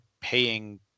paying